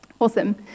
Awesome